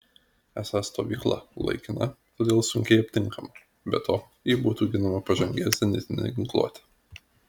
esą stovykla laikina todėl sunkiai aptinkama be to ji būtų ginama pažangia zenitine ginkluote